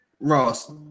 Ross